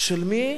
של מי?